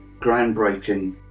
groundbreaking